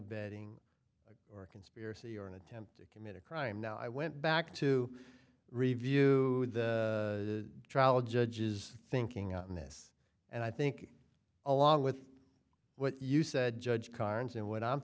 abetting or conspiracy or an attempt to commit a crime now i went back to review the trial judge's thinking on this and i think along with what you said judge carnes and what i'm